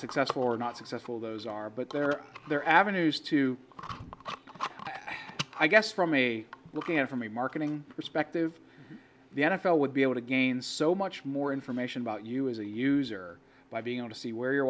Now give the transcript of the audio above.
successful or not successful those are but there are there are avenues to i guess from a looking at from a marketing perspective the n f l would be able to gain so much more information about you as a user by being on to see where you're